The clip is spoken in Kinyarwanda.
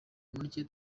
mureke